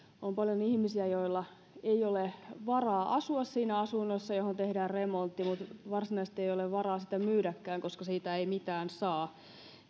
on paljon ihmisiä joilla ei ole varaa asua siinä asunnossa johon tehdään remontti mutta varsinaisesti ei ole varaa sitä myydäkään koska siitä ei mitään saa